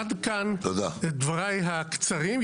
עד כאן דבריי הקצרים.